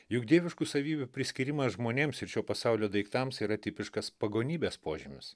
juk dieviškų savybių priskyrimas žmonėms ir šio pasaulio daiktams yra tipiškas pagonybės požymis